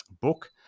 book